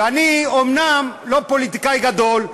ואני אומנם לא פוליטיקאי גדול,